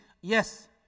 Yes